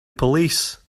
police